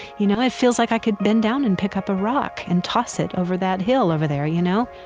you know, it feels like i could bend down and pick up a rock and toss it over that hill over there, you know?